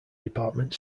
department